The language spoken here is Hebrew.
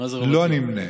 לא נמנה.